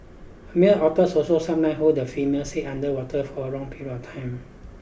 male otters also sometimes hold the female's head under water for a long period of time